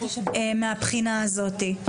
מהבחינה הזאת.